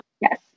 Yes